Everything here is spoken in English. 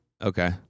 Okay